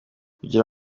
kugira